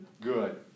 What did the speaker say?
Good